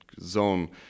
zone